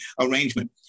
arrangement